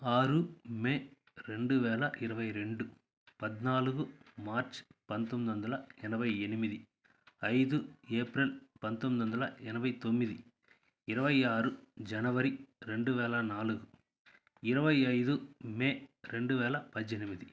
ఆరు మే రెండు వేల ఇరవై రెండు పద్నాలుగు మార్చ్ పంతొమ్మిది వందల ఎనభై ఎనిమిది ఐదు ఏప్రిల్ పంతొమ్మిది వందల ఎనభై తొమ్మిది ఇరవై ఆరు జనవరి రెండు వేల నాలుగు ఇరవై ఐదు మే రెండు వేల పద్దెనిమిది